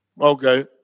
Okay